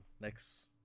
Next